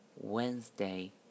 Wednesday